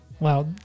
Wow